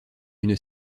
une